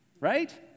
right